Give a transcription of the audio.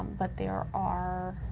but there are are